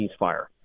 ceasefire